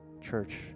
church